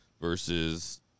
versus